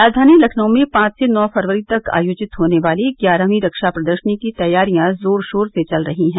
राजधानी लखनऊ में पांच से नौ फरवरी तक आयोजित होने वाली ग्यारहवीं रक्षा प्रदर्शनी की तैयारियां जोर शोर से चल रही हैं